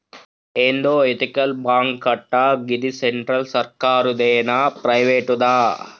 ఏందో ఎతికల్ బాంకటా, గిది సెంట్రల్ సర్కారుదేనా, ప్రైవేటుదా